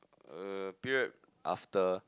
uh period after